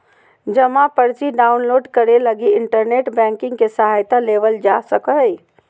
जमा पर्ची डाउनलोड करे लगी इन्टरनेट बैंकिंग के सहायता लेवल जा सको हइ